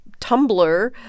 Tumblr